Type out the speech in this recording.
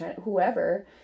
whoever